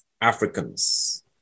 Africans